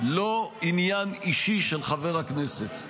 לא עניין אישי של חבר הכנסת.